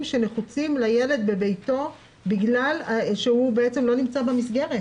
שנחוצים לילד בביתו בגלל שהוא לא נמצא במסגרת.